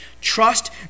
Trust